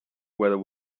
where